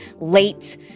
late